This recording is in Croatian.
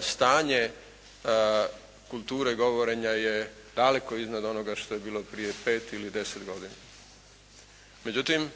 stanje kulture govorenja je daleko iznad onoga što je bilo prije pet ili deset godina. Međutim,